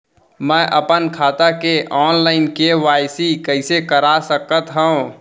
मैं अपन खाता के ऑनलाइन के.वाई.सी कइसे करा सकत हव?